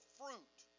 fruit